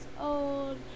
old